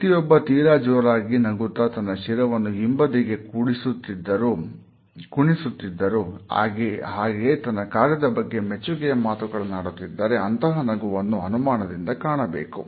ವ್ಯಕ್ತಿಯೊಬ್ಬ ತೀರಾ ಜೋರಾಗಿ ನಗುತ್ತಾ ತನ್ನ ಶಿರವನ್ನು ಹಿಂಬದಿಗೆ ಕುಡಿಸುತ್ತಿದ್ದರು ಹಾಗೆಯೇ ತನ್ನ ಕಾರ್ಯದ ಬಗ್ಗೆ ಮೆಚ್ಚುಗೆಯ ಮಾತುಗಳನ್ನಾಡುತ್ತಿದ್ದಾರೆ ಅಂತಹ ನಗುವನ್ನು ಅನುಮಾನದಿಂದ ಕಾಣಬೇಕು